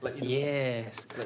yes